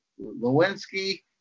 Lewinsky